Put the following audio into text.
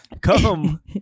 Come